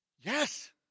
yes